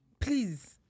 Please